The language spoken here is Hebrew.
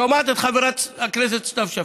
שומעת את חברת הכנסת סתיו שפיר,